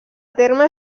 terme